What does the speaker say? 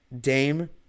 Dame